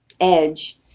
edge